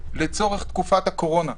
לצורך תקופת הקורונה,